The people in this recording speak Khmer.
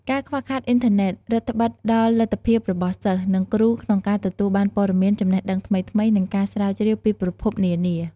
ការខ្វះខាតអ៊ីនធឺណិត រឹតត្បិតដល់លទ្ធភាពរបស់សិស្ស និងគ្រូក្នុងការទទួលបានព័ត៌មាន ចំណេះដឹងថ្មីៗ និងការស្រាវជ្រាវពីប្រភពនានា។